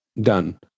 Done